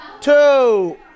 two